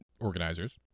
organizers